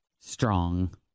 strong